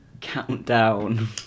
Countdown